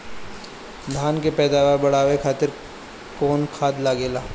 धान के पैदावार बढ़ावे खातिर कौन खाद लागेला?